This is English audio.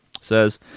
says